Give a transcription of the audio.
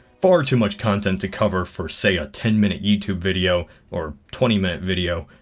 far too much content to cover for say a ten minute youtube video or twenty minute video.